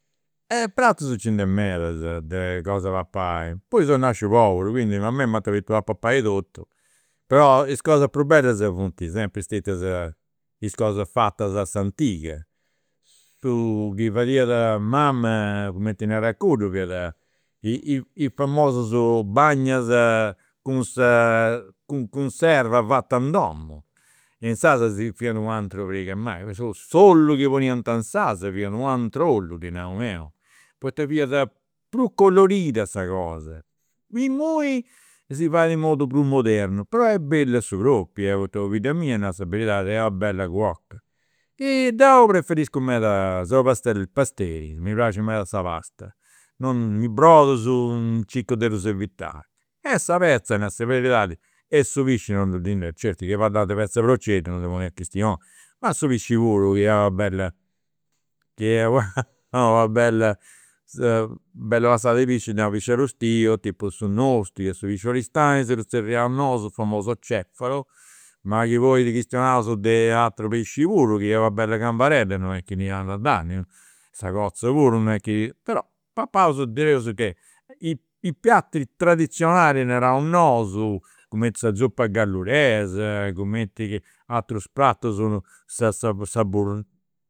Pratus nci nd'est medas de cosas 'e papai, poi seu nasciu poburu quindi a mei m'ant abituau a papai totu, però is cosa prus bellas funt sempri stetias is cosas fatas a s'antiga. Su chi fadiat mama, cumenti narat cuddu, fiat i i famosus bagnas cun sa cunserva fata in domu, inzaras fiat u' atera pariga de manigas, poi s'ollu chi poniant inzaras fiat u' ateru ollu, ddi nau 'eu, poita fiat prus colorida sa cosa. Imui si fait in modu prus modernu però est bellu a su propriu, e poita pobidda mia, nau sa beridadi, est una bella cuoca. Deu preferiscu meda seu pasta pasteri, mi praxit meda sa pasta. I' brodus circu de ddus evitai e sa petza, nau sa beridadi, e su pisci non ddi certu chi parlaus de petz'e proceddu non ndi poneus chistioni. Ma su pisci puru chi est una bella, chi est una bella bella passada de pisci, nau pisci arrustiu, tipu su nostru su pisci 'e Aristanis ddu zerriaus nosu, famoso cefalo. Ma chi poi chistionaus de aterus pisci puru chi est una bella cambaredda non est chi non andat sa cozza puru non est chi, però papaus deus che. I piatti tradizionali, naraus nosu, cumenti sa zuppa galluresa, cumenti chi aterus pratus, sa